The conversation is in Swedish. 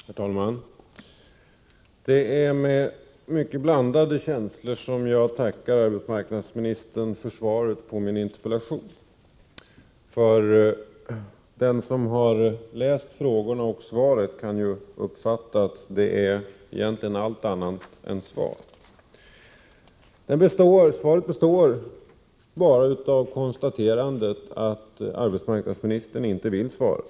Herr talman! Det är med mycket blandade känslor jag tackar arbetsmarknadsministern för svaret på min interpellation. Den som läst frågorna kan konstatera att det som redovisats är allt annat än svar på dem. Interpellationssvaret består egentligen bara av konstaterandet att arbetsmarknadsministern inte vill svara.